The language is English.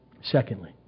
secondly